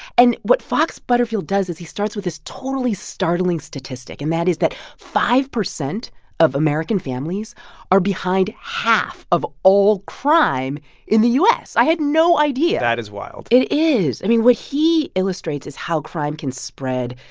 and what fox butterfield does is he starts with this totally startling statistic, and that is that five percent of american families are behind half of all crime in the u s. i had no idea that is wild it is. i mean, what he illustrates is how crime can spread,